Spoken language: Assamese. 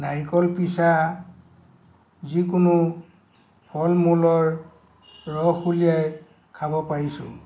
নাৰিকল পিচা যিকোনো ফলমূলৰ ৰস উলিয়াই খাব পাৰিছোঁ